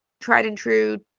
tried-and-true